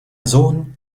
sohn